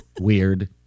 Weird